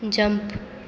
jump